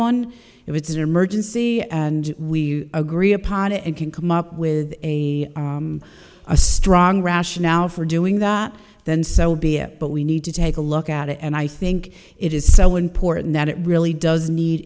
one if it's an emergency and we agree upon it and can come up with a a strong rationale for doing that then so be it but we need to take a look at it and i think it is so important that it really does need